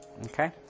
Okay